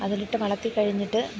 അതിലിട്ട് വളർത്തി കഴഞ്ഞിട്ട്